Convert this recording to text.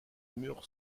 mur